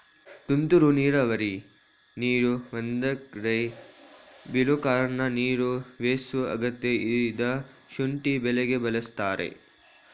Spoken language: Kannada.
ತುಂತುರು ನೀರಾವರಿ ನೀರು ಒಂದ್ಕಡೆ ಬೀಳೋಕಾರ್ಣ ನೀರು ವೇಸ್ಟ್ ಆಗತ್ತೆ ಇದ್ನ ಶುಂಠಿ ಬೆಳೆಗೆ ಬಳಸ್ತಾರೆ